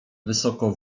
wysoko